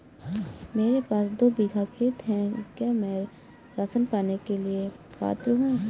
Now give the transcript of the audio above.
मेरे पास दो बीघा खेत है क्या मैं राशन पाने के लिए पात्र हूँ?